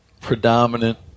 predominant